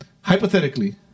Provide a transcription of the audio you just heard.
hypothetically